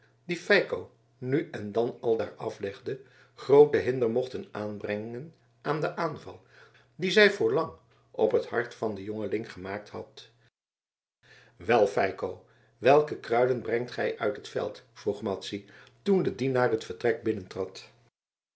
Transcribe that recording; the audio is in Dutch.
die feiko nu en dan aldaar aflegde grooten hinder mochten aanbrengen aan den aanval dien zij voorlang op het hart van den jongeling gemaakt had wel feiko welke kruiden brengt gij uit het veld vroeg madzy toen de dienaar het vertrek